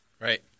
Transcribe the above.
right